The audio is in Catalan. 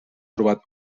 trobat